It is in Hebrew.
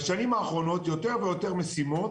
בשנים האחרונות, יותר ויותר משימות